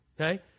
Okay